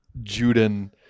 Juden